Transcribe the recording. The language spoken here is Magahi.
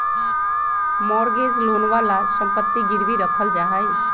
मॉर्गेज लोनवा ला सम्पत्ति गिरवी रखल जाहई